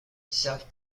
south